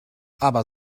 aber